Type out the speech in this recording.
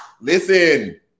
Listen